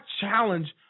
challenge